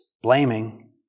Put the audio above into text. blaming